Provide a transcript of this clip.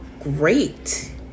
great